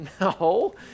No